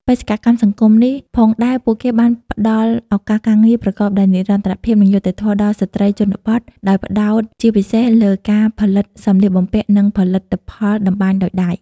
បេសកកម្មសង្គមនេះផងដែរពួកគេបានផ្តល់ឱកាសការងារប្រកបដោយនិរន្តរភាព និងយុត្តិធម៌ដល់ស្ត្រីជនបទ ដោយផ្តោតជាពិសេសលើការផលិតសម្លៀកបំពាក់ និងផលិតផលតម្បាញដោយដៃ ។